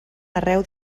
arreu